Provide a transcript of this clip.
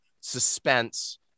suspense